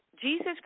Jesus